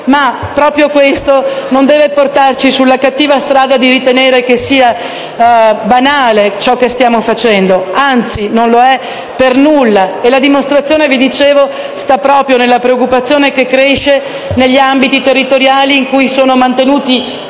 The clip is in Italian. ma proprio questo non deve portarci sulla cattiva strada di ritenere che sia banale ciò che stiamo facendo: non lo è per nulla. La dimostrazione - come vi dicevo - sta proprio nella preoccupazione che cresce negli ambiti territoriali in cui sono attualmente